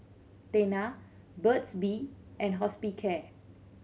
Tena Burt's Bee and Hospicare